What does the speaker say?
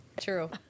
True